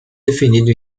definido